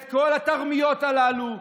את כל התרמיות הללו.